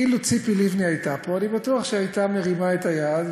אולי בקרוב זה ישתנה, אז